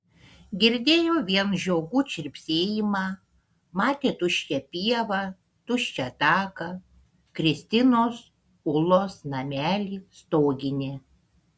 girdėjo vien žiogų čirpsėjimą matė tuščią pievą tuščią taką kristinos ulos namelį stoginę